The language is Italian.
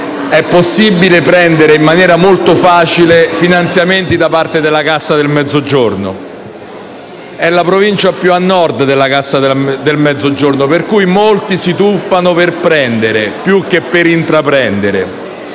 è possibile prendere in maniera molto facile finanziamenti da parte della Cassa del Mezzogiorno. È la provincia più a Nord della Cassa del Mezzogiorno, per cui molti si tuffano per prendere, più che per intraprendere.